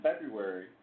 February